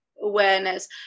Awareness